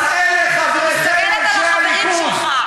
חברים שלך.